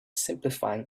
simplifying